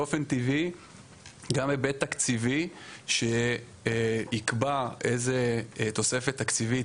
באופן טבעי גם היבט תקציבי שייקבע איזה תוספת תקציבית,